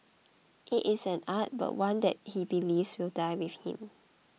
it is an art but one that he believes will die with him